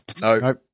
no